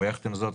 יחד עם זאת,